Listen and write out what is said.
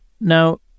Now